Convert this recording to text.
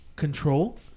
Control